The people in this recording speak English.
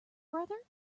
brother